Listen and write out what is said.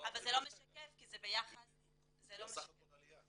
אבל זה לא משקף כי זה ביחס --- זה בסך הכל העלייה.